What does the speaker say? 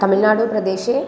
तमिल्नाडुप्रदेशे